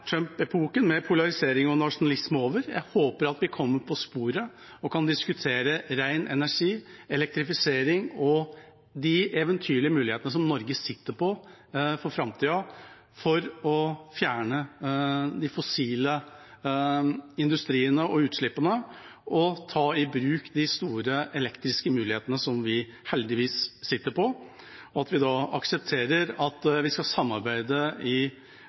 med polarisering og nasjonalisme over. Jeg håper at vi kommer på sporet og kan diskutere ren energi, elektrifisering og de eventyrlige mulighetene som Norge sitter på for framtida, for å fjerne de fossile utslippene fra industrien og ta i bruk de store elektriske mulighetene som vi heldigvis sitter på, og at vi da aksepterer at vi skal samarbeide i